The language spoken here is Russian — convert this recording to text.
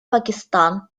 пакистан